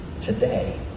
today